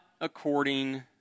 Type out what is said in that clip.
according